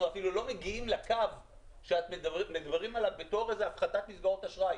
אנחנו אפילו לא מגיעים לקו שמדברים עליו כהפחתת מסגרות אשראי.